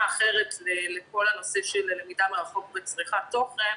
אחרת לכל הנושא של למידה מרחוק וצריכת תוכן,